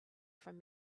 from